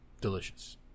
delicious